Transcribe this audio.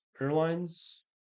Airlines